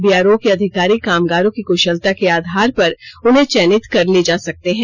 BRO के अधिकारी कामगारों की कुषलता के आधार पर उन्हें चयनित कर ले जा सकते हैं